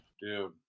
Dude